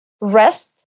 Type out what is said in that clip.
rest